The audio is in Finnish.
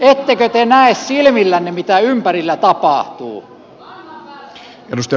ettekö te näe silmillänne mitä ympärillä tapahtuu